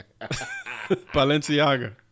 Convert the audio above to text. Balenciaga